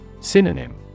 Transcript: Synonym